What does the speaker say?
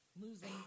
losing